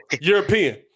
European